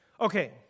Okay